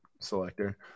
selector